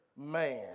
man